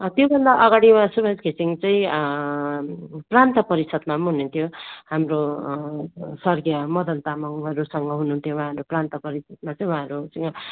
त्योभन्दा अगडि उहाँ सुवास घिसिङ चाहिँ प्रान्त परिषद्मा पनि हुनुहुन्थ्यो हाम्रो स्वर्गीय मदन तामाङहरूसँग हुनुहुन्थ्यो उहाँहरू प्रान्त परिषद्मा चाहिँ उहाँहरूसँग